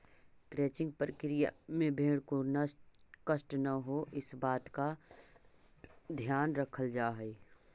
crutching प्रक्रिया में भेंड़ को कष्ट न हो, इस बात का ध्यान रखल जा हई